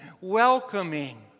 welcoming